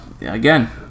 again